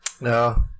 No